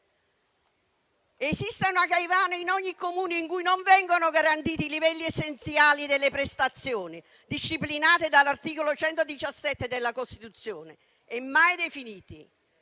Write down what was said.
Esiste una Caivano in ogni Comune in cui non vengono garantiti i livelli essenziali delle prestazioni, disciplinati dall'articolo 117 della Costituzione e mai definiti;